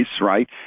right